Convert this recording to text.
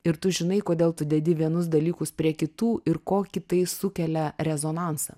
ir tu žinai kodėl tu dedi vienus dalykus prie kitų ir kokį tai sukelia rezonansą